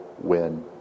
win